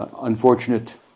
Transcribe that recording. unfortunate